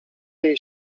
jej